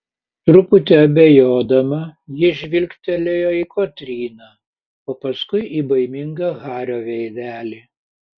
truputį abejodama ji žvilgtelėjo į kotryną o paskui į baimingą hario veidelį